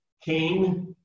King